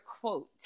quote